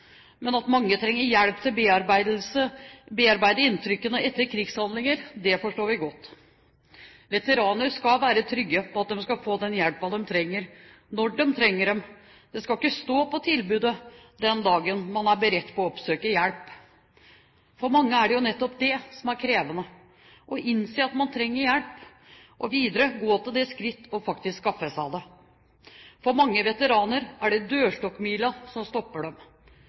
men at mange trenger hjelp til å bearbeide inntrykkene etter krigshandlinger, forstår vi godt. Veteraner skal være trygge på at de skal få den hjelpen de trenger når de trenger det; det skal ikke stå på tilbudet den dagen man er beredt til å oppsøke hjelp. For mange er det jo nettopp det som er krevende – å innse at man trenger hjelp, og videre gå til det skritt faktisk å skaffe seg det. For mange veteraner er det dørstokkmila som stopper dem,